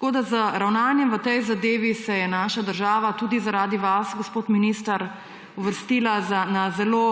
Z ravnanjem v tej zadevi se je naša država tudi zaradi vas, gospod minister, uvrstila na zelo